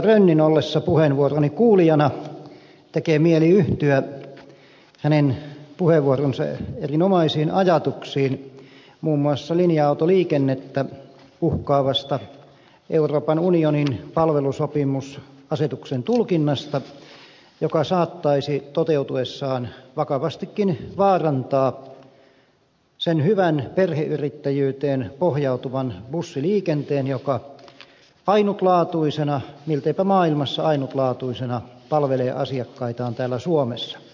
rönnin ollessa puheenvuoroni kuulijana tekee mieli yhtyä hänen puheenvuoronsa erinomaisiin ajatuksiin muun muassa linja autoliikennettä uhkaavasta euroopan unionin palvelusopimusasetuksen tulkinnasta joka saattaisi toteutuessaan vakavastikin vaarantaa sen hyvän perheyrittäjyyteen pohjautuvan bussiliikenteen joka milteipä maailmassa ainutlaatuisena palvelee asiakkaitaan täällä suomessa